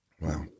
Wow